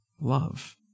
love